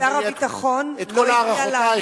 ששר הביטחון לא הגיע לענות.